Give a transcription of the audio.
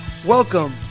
Welcome